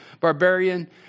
barbarian